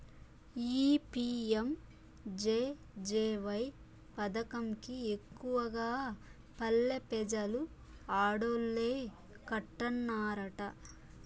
ఈ పి.యం.జె.జె.వై పదకం కి ఎక్కువగా పల్లె పెజలు ఆడోల్లే కట్టన్నారట